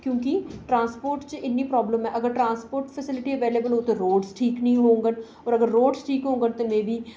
कि ट्रांसपोर्ट च बड़ी प्रॉब्लम ऐ अगर ट्रांसपोर्ट होऐ तां रोड़ ठीक निं होङन ते अगर रोड़ होङन तां मे वी